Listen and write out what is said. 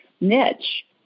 niche